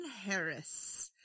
Harris